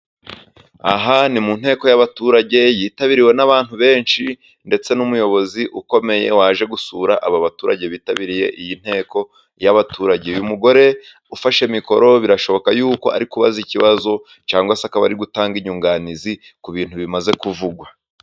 Aha ni mu nteko y’abaturage, yitabiriwe n’abantu benshi ndetse n’umuyobozi ukomeye waje gusura aba baturage bitabiriye iyi nteko y’abaturage. Uyu mugore ufashe mikoro, birashoboka y’uko ari kubaza ikibazo cyangwa se akaba ari gutanga inyunganizi ku bintu bimaze kuvugwa.